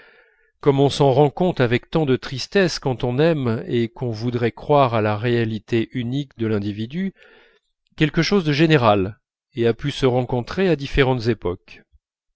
comme on s'en rend compte avec tant de tristesse quand on aime et qu'on voudrait croire à la réalité unique de l'individu quelque chose de général et a pu se rencontrer à différentes époques